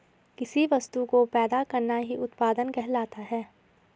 किसी वस्तु को पैदा करना ही उत्पादन कहलाता है